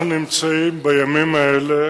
אנחנו נמצאים בימים האלה